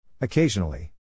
Occasionally